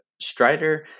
Strider